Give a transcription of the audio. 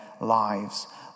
lives